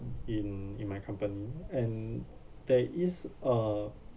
in in my company and there is uh